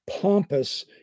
Pompous